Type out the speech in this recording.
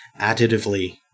additively